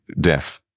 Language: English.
death